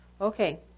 Okay